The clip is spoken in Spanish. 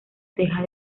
teja